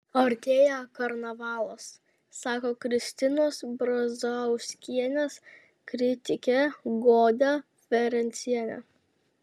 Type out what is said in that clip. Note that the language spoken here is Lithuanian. artėja karnavalas sako kristinos brazauskienės kritikė goda ferencienė